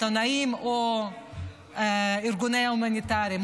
עיתונאים או ארגונים הומניטריים,